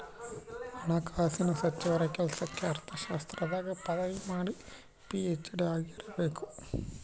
ಹಣಕಾಸಿನ ಸಚಿವರ ಕೆಲ್ಸಕ್ಕ ಅರ್ಥಶಾಸ್ತ್ರದಾಗ ಪದವಿ ಮಾಡಿ ಪಿ.ಹೆಚ್.ಡಿ ಆಗಿರಬೇಕು